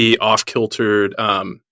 off-kiltered